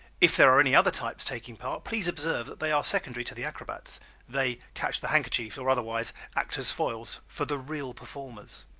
if there are any other types taking part please observe that they are secondary to the acrobats they catch the handkerchiefs or otherwise act as foils for the real performers.